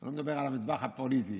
לא מדבר על המטבח הפוליטי,